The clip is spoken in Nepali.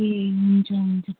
ए हुन्छ हुन्छ